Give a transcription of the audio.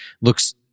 looks—